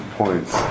points